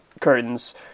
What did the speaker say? curtains